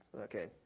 Okay